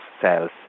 cells